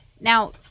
Now